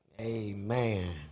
Amen